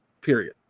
Period